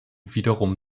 wiederum